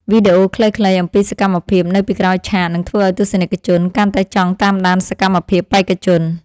វីដេអូខ្លីៗអំពីសកម្មភាពនៅពីក្រោយឆាកនឹងធ្វើឱ្យទស្សនិកជនកាន់តែចង់តាមដានសកម្មភាពបេក្ខជន។